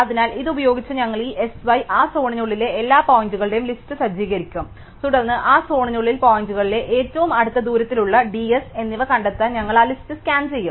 അതിനാൽ ഇത് ഉപയോഗിച്ച് ഞങ്ങൾ ഈ S y ആ സോണിനുള്ളിലെ എല്ലാ പോയിന്റുകളുടെയും ലിസ്റ്റ് സജ്ജീകരിക്കും തുടർന്ന് ആ സോണിനുള്ളിൽ പോയിന്റുകൾ ഏറ്റവും അടുത്ത ദൂരത്തിലുള്ള d S എന്നിവ കണ്ടെത്താൻ ഞങ്ങൾ ആ ലിസ്റ്റ് സ്കാൻ ചെയ്യും